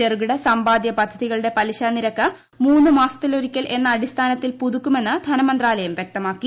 ചെറുകിട സമ്പാദ്യ പദ്ധതികളുടെ പലിശ നിരക്ക് മൂന്നു മാസത്തിലൊരിക്കൽ എന്ന അടിസ്ഥാനത്തിൽ പുതുക്കുമെന്ന് ധനമന്ത്രാലയം വ്യക്തമാക്കി